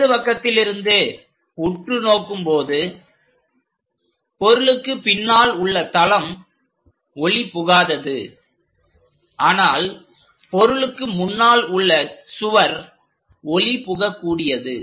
இடது பக்கத்திலிருந்து உற்று நோக்கும் போது பொருளுக்கு பின்னால் உள்ள தளம் ஒளி புகாதது ஆனால் பொருளுக்கு முன்னால் உள்ள சுவர் ஒளி புக கூடியது